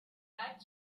seit